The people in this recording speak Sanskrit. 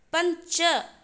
पञ्च